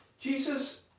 Jesus